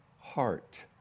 heart